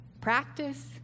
Practice